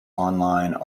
online